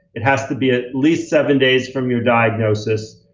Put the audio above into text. it has to be at least seven days from your diagnosis.